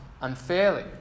unfairly